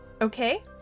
Okay